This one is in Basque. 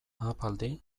ahapaldi